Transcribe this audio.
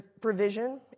provision